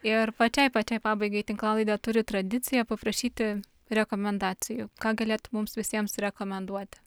ir pačiai pačiai pabaigai tinklalaidė turi tradiciją paprašyti rekomendacijų ką galėtum mums visiems rekomenduoti